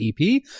ep